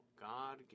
God